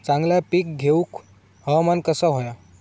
चांगला पीक येऊक हवामान कसा होया?